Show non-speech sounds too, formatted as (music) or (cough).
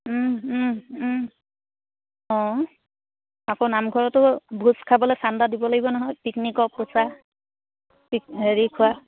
অঁ আকৌ নামঘৰতো ভোজ খাবলে চান্দা দিব লাগিব নহয় পিকনিকৰ পইচা (unintelligible) হেৰি খোৱা